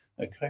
Okay